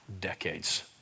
decades